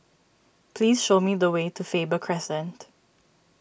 please show me the way to Faber Crescent